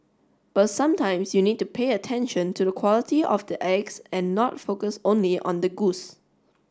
but sometimes you need to pay attention to the quality of the eggs and not focus only on the goose